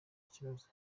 ikibazo